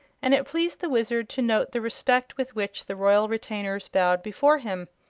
and it pleased the wizard to note the respect with which the royal retainers bowed before him.